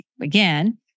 again